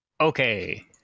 Okay